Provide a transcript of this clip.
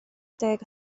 deg